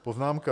Poznámka: